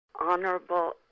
honorable